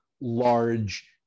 large